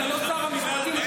אתה לא שר המשפטים,